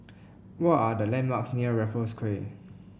what are the landmarks near Raffles Quay